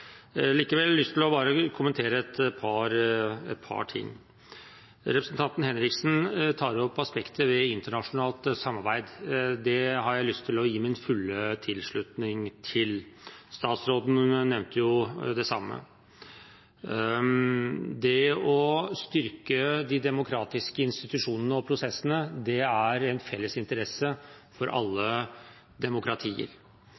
likevel lyst til bare å kommentere et par ting. Representanten Henriksen tar opp aspektet ved internasjonalt samarbeid. Det har jeg lyst til å gi min fulle tilslutning til. Statsråden nevnte det samme. Det å styrke de demokratiske institusjonene og prosessene er en felles interesse for